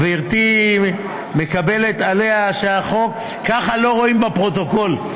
גברתי מקבלת עליה שהחוק, ככה לא רואים בפרוטוקול.